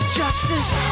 justice